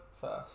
first